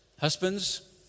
Husbands